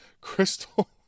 crystal